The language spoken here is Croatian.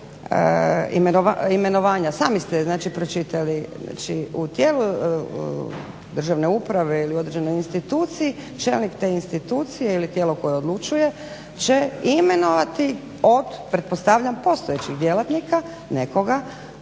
imenovanja, znači sami ste pročitali. U tijelu državne uprave ili određenoj instituciji čelnik te institucije ili tijelo koje odlučuje će imenovati od pretpostavljam postojećih djelatnika nekoga